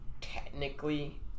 technically